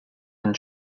and